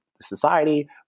society